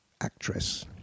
actress